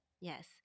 Yes